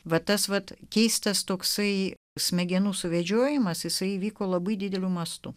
vat tas vat keista stūksai smegenų suvedžiojimas jisai vyko labai dideliu mastu